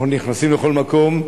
אנחנו נכנסים לכל מקום,